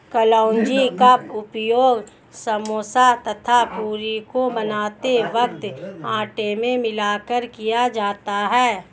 कलौंजी का उपयोग समोसा तथा पूरी को बनाते वक्त आटे में मिलाकर किया जाता है